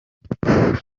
there